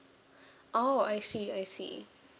oh I see I see